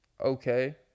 Okay